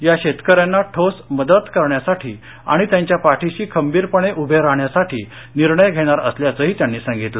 या शेतकऱ्यांना ठोस मदत करण्यासाठी आणि त्यांच्या पाठिशी खंबीरपणे उभे राहण्यासाठी निर्णय घेणार असल्याचंही त्यांनी सांगितलं